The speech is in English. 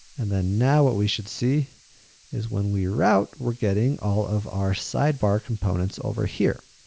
and then, now what we should see is when we route we're getting all of our sidebar components over here.